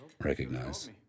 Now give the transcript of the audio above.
recognize